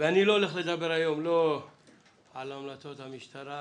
אני לא הולך לדבר היום על המלצות המשטרה,